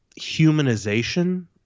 humanization